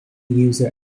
user